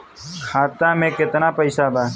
खाता में केतना पइसा बा?